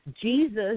Jesus